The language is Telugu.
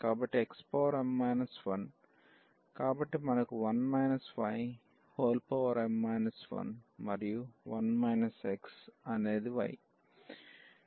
కాబట్టి xm 1 కాబట్టి మనకు m 1 మరియు 1 మైనస్ x అనేది y